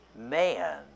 man